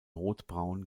rotbraun